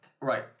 Right